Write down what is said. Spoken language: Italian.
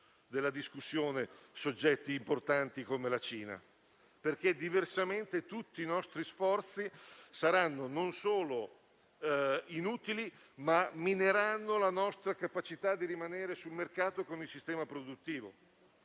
della discussione soggetti importanti come la Cina perché, diversamente, tutti i nostri sforzi saranno non solo inutili, ma mineranno la nostra capacità di rimanere sul mercato con il sistema produttivo.